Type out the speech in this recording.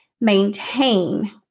maintain